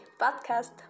podcast